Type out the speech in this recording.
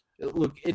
look